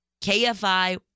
KFI